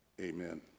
Amen